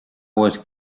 wars